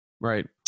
Right